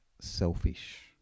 selfish